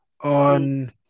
on